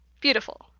Beautiful